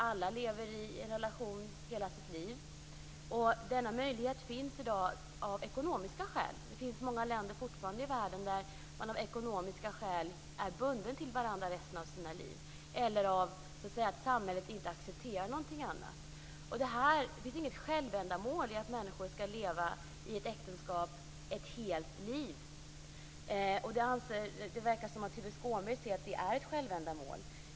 Alla lever inte i en relation under hela sitt liv. Denna möjlighet finns i dag av ekonomiska skäl. Det finns fortfarande många länder i världen där man av ekonomiska skäl är bundna till varandra under resten av sina liv eller där samhället inte accepterar någonting annat. Det finns inget självändamål med att människor ska leva i ett äktenskap ett helt liv. Det verkar som om Tuve Skånberg anser att det är ett självändamål.